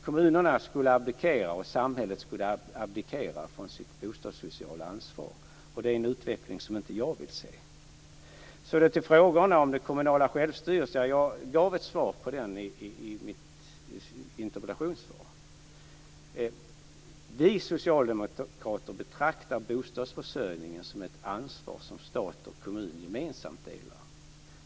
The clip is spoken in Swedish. Kommunerna skulle abdikera, och samhället skulle abdikera, från sitt bostadssociala ansvar. Det är en utveckling som inte jag vill se. Så till frågorna om den kommunala självstyrelsen. Jag besvarade dem i mitt interpellationssvar. Vi socialdemokrater betraktar bostadsförsörjningen som ett ansvar som stat och kommun gemensamt delar.